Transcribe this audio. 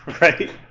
Right